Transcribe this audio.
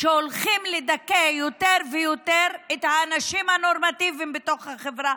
שהולכים לדכא יותר ויותר את האנשים הנורמטיביים בחברה,